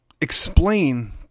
explain